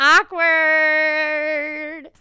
awkward